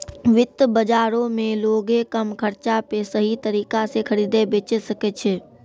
वित्त बजारो मे लोगें कम खर्चा पे सही तरिका से खरीदे बेचै सकै छै